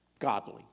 godly